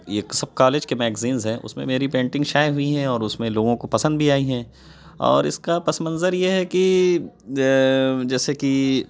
یہ اک سب کالج کے میگزینز ہیں اس میں میری پینٹنگ شائع ہوئی ہیں اور اس میں لوگوں کو پسند بھی آئی ہیں اور اس کا پس منظر یہ ہے کہ جیسے کی